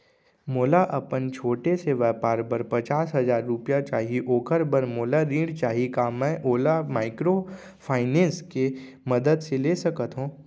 मोला अपन छोटे से व्यापार बर पचास हजार रुपिया चाही ओखर बर मोला ऋण चाही का मैं ओला माइक्रोफाइनेंस के मदद से ले सकत हो?